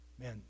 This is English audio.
man